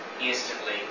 instantly